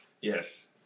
yes